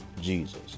Jesus